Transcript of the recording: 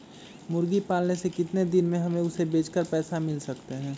मुर्गी पालने से कितने दिन में हमें उसे बेचकर पैसे मिल सकते हैं?